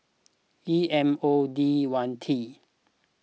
E M O D one T